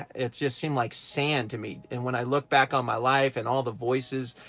it just seemed like sand to me and when i look back on my life and all the voices,